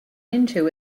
into